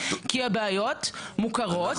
כי הבעיות מוכרות.